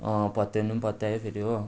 पत्याउनु पनि पत्यायो फेरि हो